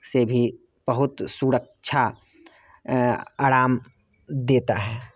से भी बहुत सुरक्षा आराम देता है